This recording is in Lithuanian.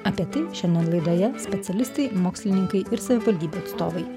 apie tai šiandien laidoje specialistai mokslininkai ir savivaldybių atstovai